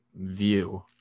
view